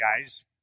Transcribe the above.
guys